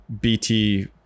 BT